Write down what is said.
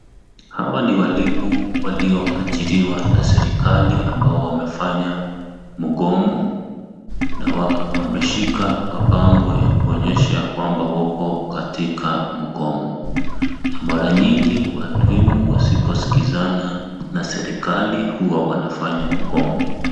Hawa ni walimu walioajiriwa na serikali ambao wamefanya mgomo, na wameshika mabango ya kuonyesha ya kwamba wako katika mgomo. Na mara nyingi walimu wasiposikizana na serikali huwa wanafanya mgomo.